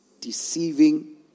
deceiving